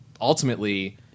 ultimately